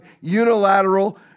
unilateral